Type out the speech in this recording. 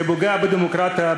זה פוגע בדמוקרטיה,